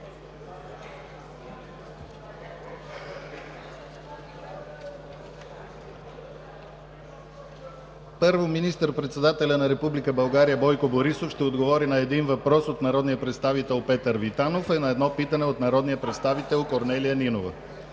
1. Министър-председателят на Република България Бойко Борисов ще отговори на един въпрос от народния представител Петър Витанов и на едно питане от народния представител Корнелия Нинова.